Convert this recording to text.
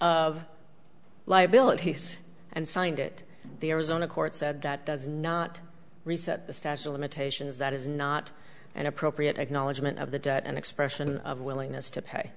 of liabilities and signed it the arizona court said that does not reset the statute of limitations that is not an appropriate acknowledgment of the debt and expression of willingness to